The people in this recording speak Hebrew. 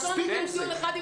מספיק עם זה.